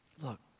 Look